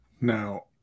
Now